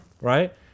right